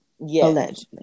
allegedly